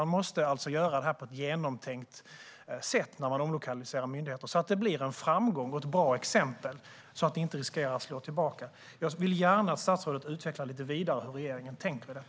Man måste alltså omlokalisera myndigheter på ett genomtänkt sätt så att det blir en framgång och ett bra exempel och inte riskerar att slå tillbaka. Jag vill gärna att statsrådet utvecklar lite vidare hur regeringen tänker kring detta.